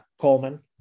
Coleman